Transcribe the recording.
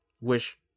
wish